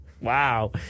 wow